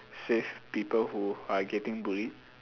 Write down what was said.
save people who are getting bullied